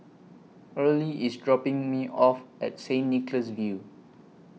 Earlie IS dropping Me off At Saint Nicholas View